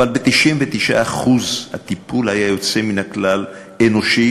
אבל ב-99% הטיפול היה יוצא מן הכלל אנושי.